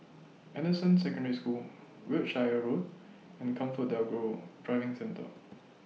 Anderson Secondary School Wiltshire Road and ComfortDelGro Driving Centre